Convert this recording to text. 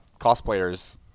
cosplayers